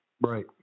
Right